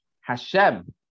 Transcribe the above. Hashem